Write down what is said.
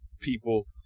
people